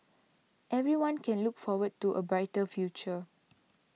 everyone can look forward to a brighter future